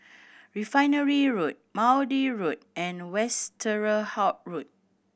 Refinery Road Maude Road and Westerhout Road